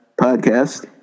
podcast